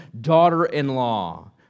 daughter-in-law